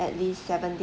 at least seven